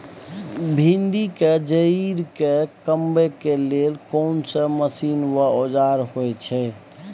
भिंडी के जईर के कमबै के लेल कोन मसीन व औजार होय छै?